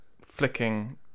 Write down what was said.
flicking